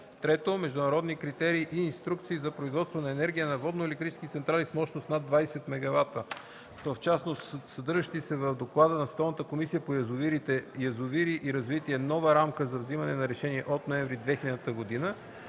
3. международни критерии и инструкции за производство на енергия от водноелектрически централи с мощност над 20 MW, в частност съдържащите се в доклада на Световната комисия по язовирите „Язовири и развитие – нова рамка за вземането на решения” от ноември 2000 г.; 4.